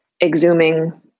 exhuming